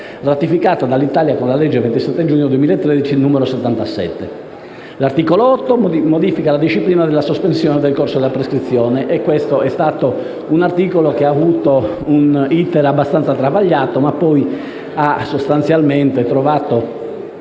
ratificata dall'Italia con la legge 27 giugno 2013, n. 77. L'articolo 8 modifica la disciplina della sospensione del corso della prescrizione. Questo articolo ha avuto un *iter* abbastanza travagliato, ma poi ha trovato